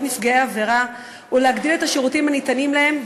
נפגעי עבירה ולהרחבת השירותים הניתנים להם,